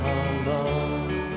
alone